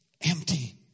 empty